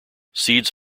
seeds